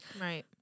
right